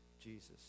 Jesus